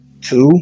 two